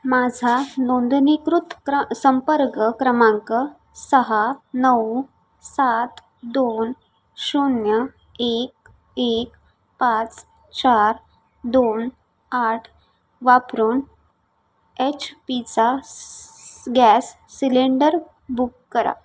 माझा नोंदणीकृत क्र संपर्क क्रमांक सहा नऊ सात दोन शून्य एक एक पाच चार दोन आठ वापरून एच पीचा गॅस सिलेंडर बुक करा